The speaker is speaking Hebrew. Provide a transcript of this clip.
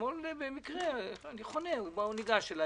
אתמול במקרה כאשר חניתי הוא ניגש אליי